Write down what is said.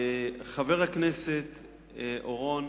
חבר הכנסת אורון